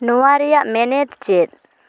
ᱱᱚᱣᱟ ᱨᱮᱭᱟᱜ ᱢᱮᱱᱮᱫ ᱪᱮᱫ